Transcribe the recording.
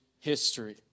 history